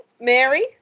Mary